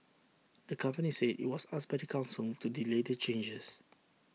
the company said IT was asked by the Council to delay the changes